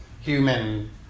human